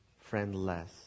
friendless